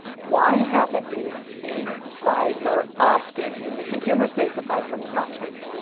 why haven't we seen fiber optics in the consumer space aside from toslink?